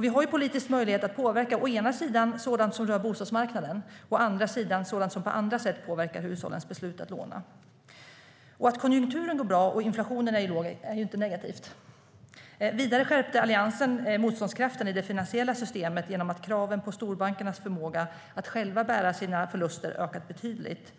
Vi har politiskt möjlighet att påverka å ena sidan sådant som rör bostadsmarknaden, å andra sidan sådant som på andra sätt påverkar hushållens beslut att låna. Att konjunkturen går bra och inflationen är låg är inte negativt. Vidare skärpte Alliansen motståndskraften i det finansiella systemet genom att kraven på storbankernas förmåga att själva bära sina förluster ökat betydligt,